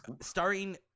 Starring